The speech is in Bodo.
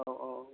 औ औ